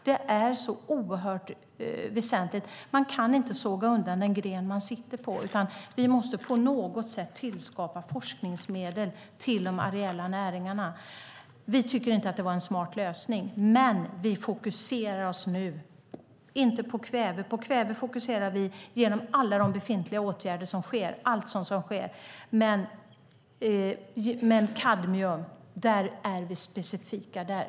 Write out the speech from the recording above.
Det är så oerhört väsentligt. Man kan inte såga bort den gren som man sitter på, utan vi måste på något sätt tillskapa forskningsmedel till de areella näringarna. Vi tycker inte att det var en smart lösning. Men vi fokuserar nu inte på kväve. Det gör vi genom de befintliga åtgärder som sker. Men när det gäller kadmium är vi specifika.